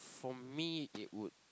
for me it would